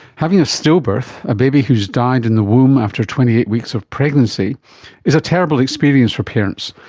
having a stillbirth a baby who has died in the womb after twenty eight weeks of pregnancy is a terrible experience for parents,